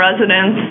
residents